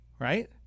Right